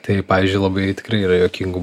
tai pavyzdžiui labai tikrai yra juokingų